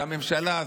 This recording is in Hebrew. שהממשלה הזאת,